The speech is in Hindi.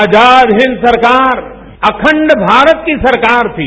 आजाद हिंद सरकार अखंड भारत की सरकार थी